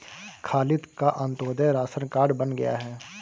खालिद का Antyodaya ration card बन गया है